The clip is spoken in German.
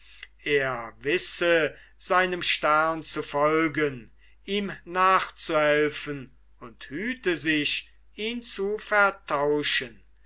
er wisse seinem stern zu folgen ihm nachzuhelfen und hüte sich ihn zu vertauschen